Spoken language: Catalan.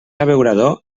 abeurador